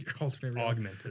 augmented